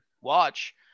watch